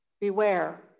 Beware